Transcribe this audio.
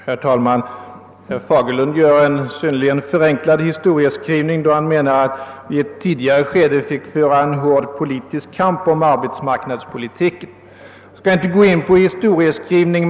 Herr talman! Herr Fagerlund gjorde sig skyldig till en synnerligen förenklad historieskrivning då han sade att man i ett tidigare skede fick föra en hård politisk kamp om arbetsmarknadspolitiken. Jag skall inte gå in på historieskrivningen.